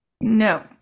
No